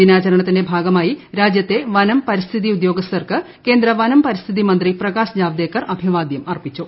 ദിനാചരണത്തിന്റെ ഭാഗമായി രാജ്യത്തെ വനം പരിസ്ഥിതി ഉദ്യോഗസ്ഥർക്ക് കേന്ദ്ര വനം പരിസ്ഥിതി മന്ത്രി പ്രകാശ് ജാവദേക്കർ അഭിവാദ്യം അർപ്പിച്ചു